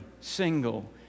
single